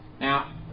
Now